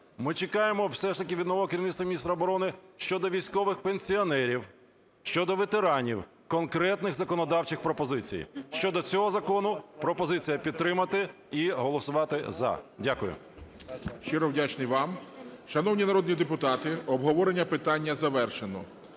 Ми чекаємо, все ж таки, від нового керівництва, міністра оборони щодо військових пенсіонерів, щодо ветеранів конкретних законодавчих пропозицій. Щодо цього закону пропозиція підтримати і голосувати "за". Дякую. ГОЛОВУЮЧИЙ. Щиро вдячний вам. Шановні народні депутати, обговорення питання завершено.